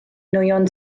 nwyon